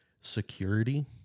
security